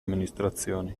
amministrazioni